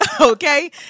Okay